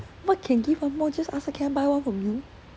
what can give her more just ask her can I buy one from you